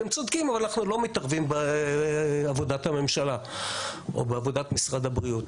אתם צודקים אבל אנחנו לא מתערבים בעבודת משרד הבריאות.